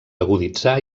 aguditzar